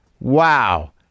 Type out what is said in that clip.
wow